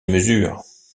mesures